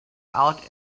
out